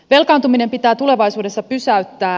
velkaantuminen pitää tulevaisuudessa pysäyttää